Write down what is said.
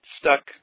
stuck